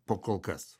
pakol kas